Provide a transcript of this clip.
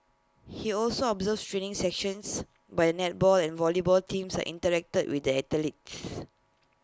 he also observed training sessions by the netball and volleyball teams and interacted with the athletes